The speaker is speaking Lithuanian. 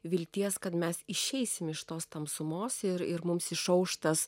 vilties kad mes išeisim iš tos tamsumos ir ir mums išauš tas